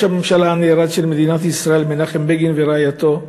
הממשלה הנערץ של מדינת ישראל מנחם בגין ורעייתו.